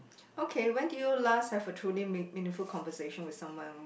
okay when did you last have a truly mea~ meaningful conversation with someone